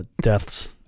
deaths